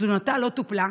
תלונתה לא טופלה,